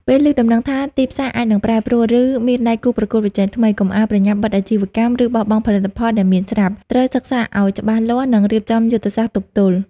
ពេលឮដំណឹងថាទីផ្សារអាចនឹងប្រែប្រួល ឬមានដៃគូប្រកួតប្រជែងថ្មី កុំអាលប្រញាប់បិទអាជីវកម្ម ឬបោះបង់ផលិតផលដែលមានស្រាប់។ ត្រូវសិក្សាឲ្យច្បាស់លាស់ និងរៀបចំយុទ្ធសាស្ត្រទប់ទល់។